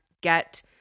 get